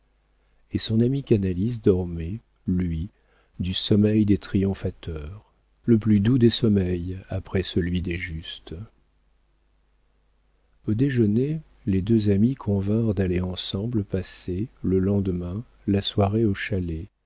et son ami canalis dormait lui du sommeil des triomphateurs le plus doux des sommeils après celui des justes au déjeuner les deux amis convinrent d'aller ensemble passer le lendemain la soirée au chalet